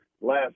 last